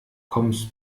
kommst